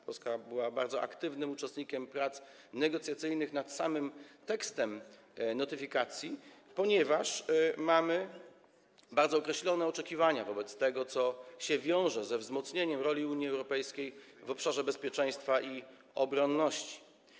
Polska była bardzo aktywnym uczestnikiem prac negocjacyjnych nad tekstem samej notyfikacji, ponieważ mamy bardzo określone oczekiwania wobec tego, co się wiąże ze wzmocnieniem roli Unii Europejskiej w obszarze bezpieczeństwa i obronności.